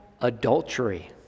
adultery